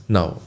Now